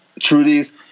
Trudy's